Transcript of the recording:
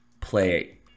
play